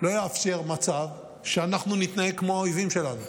לא אאפשר מצב שאנחנו נתנהג כמו האויבים שלנו.